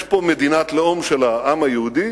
יש פה מדינת לאום של העם היהודי,